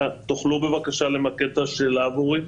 תוכלו בבקשה למקד את השאלה עבורי?